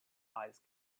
ice